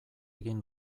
egin